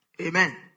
Amen